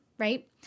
right